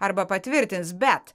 arba patvirtins bet